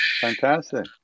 fantastic